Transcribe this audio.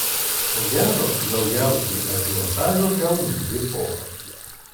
ko gero daugiausiai ažiotažo kels dvi poros